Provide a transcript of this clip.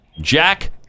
Jack